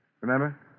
Remember